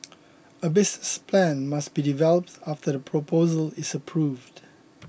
a business plan must be developed after the proposal is approved